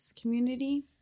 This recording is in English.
Community